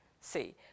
See